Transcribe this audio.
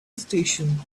station